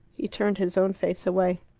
he turned his own face away.